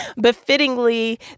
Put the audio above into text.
befittingly